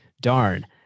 darn